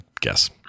guess